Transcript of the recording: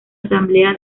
asamblea